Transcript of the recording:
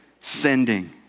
sending